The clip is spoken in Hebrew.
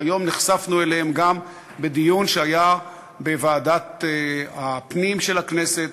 שהיום נחשפנו להן גם בדיון שהיה בוועדת הפנים של הכנסת,